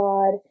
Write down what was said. God